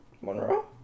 Monroe